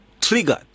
triggered